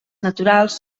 naturals